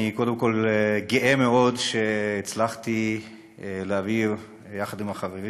אני גאה מאוד שהצלחתי להעביר יחד עם החברים